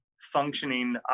Functioning